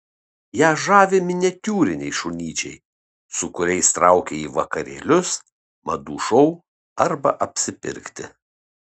ją žavi miniatiūriniai šunyčiai su kuriais traukia į vakarėlius madų šou arba apsipirkti